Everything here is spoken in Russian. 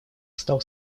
стал